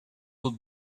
tot